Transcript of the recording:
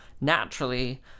naturally